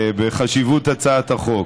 בחשיבות הצעת החוק.